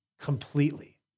Completely